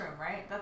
right